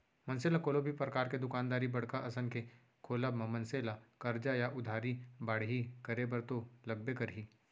मनसे ल कोनो भी परकार के दुकानदारी बड़का असन के खोलब म मनसे ला करजा या उधारी बाड़ही करे बर तो लगबे करही